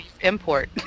import